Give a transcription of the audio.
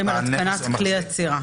מפנה לסעיף קטן (א),